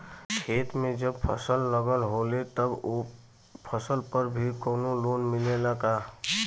खेत में जब फसल लगल होले तब ओ फसल पर भी कौनो लोन मिलेला का?